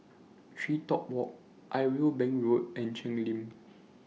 TreeTop Walk Irwell Bank Road and Cheng Lim